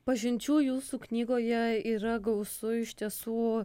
pažinčių jūsų knygoje yra gausu iš tiesų